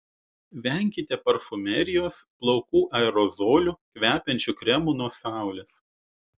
venkite parfumerijos plaukų aerozolių kvepiančių kremų nuo saulės